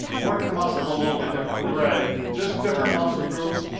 working the muscles a little bit differently, right, just different muscle groups.